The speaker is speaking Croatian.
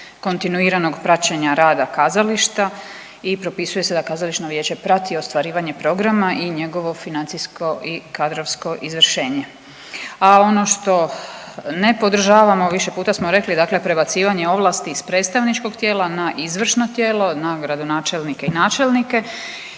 kontinuiranog praćenja rada kazališta. I propisuje se da Kazališno vijeće prati ostvarivanje programa i njegovo financijsko i kadrovsko izvršenje. A ono što ne podržavamo, više puta smo rekli, dakle prebacivanje ovlasti iz predstavničkog tijela na izvršno tijelo, na gradonačelnike i načelnike.